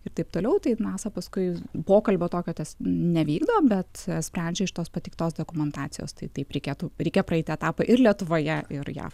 ir taip toliau tai nasa paskui pokalbio tokio tas nevykdo bet sprendžia iš tos pateiktos dokumentacijos tai taip reikėtų reikia praeiti etapą ir lietuvoje ir jav